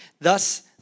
Thus